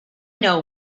know